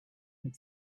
had